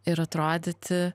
ir atrodyti